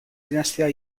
dinastia